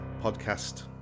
Podcast